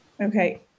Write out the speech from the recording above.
Okay